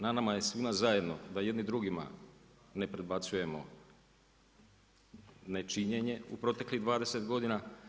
Na nama je svima zajedno da jedni drugima ne prebacujemo nečinjenje u proteklih 20 godina.